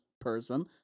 person